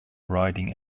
riding